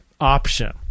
option